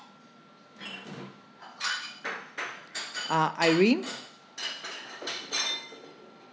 ah irene